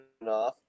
enough